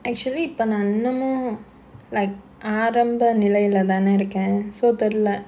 actually இப்ப நா இன்னமும்:ippa naa innamum like ஆரம்ப நிலைலதான இருக்கேன்:aaramba nilailadhaana irukkaen so தெரில:therila